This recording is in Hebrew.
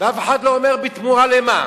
ואף אחד לא אומר בתמורה למה.